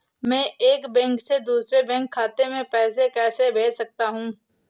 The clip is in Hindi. मैं एक बैंक से दूसरे बैंक खाते में पैसे कैसे भेज सकता हूँ?